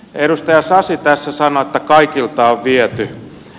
edustaja sasi tässä sanoi että kaikilta on viety